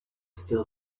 still